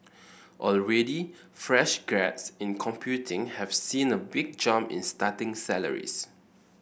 already fresh grads in computing have seen a big jump in starting salaries